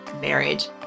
marriage